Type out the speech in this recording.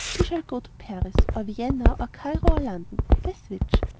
we shall go to paris or vienna or cairo or london guess which!